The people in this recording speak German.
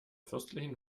fürstlichen